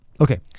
Okay